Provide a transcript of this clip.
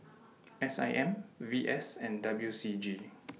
S I M V S and W C G